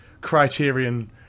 criterion